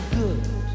good